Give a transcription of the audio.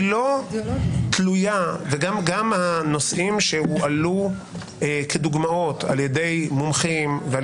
היא לא תלויה וגם הנושאים שהועלו כדוגמאות על ידי מומחים ועל